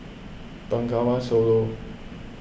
Bengawan Solo